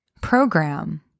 program